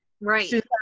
Right